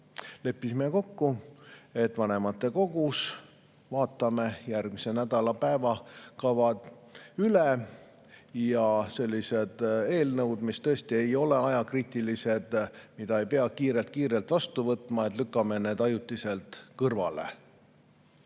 Leppisime kokku, et vanematekogus vaatame järgmise nädala päevakava üle ja sellised eelnõud, mis tõesti ei ole ajakriitilised, mida ei pea kiirelt-kiirelt vastu võtma, lükkame ajutiselt kõrvale.